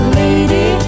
lady